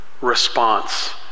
response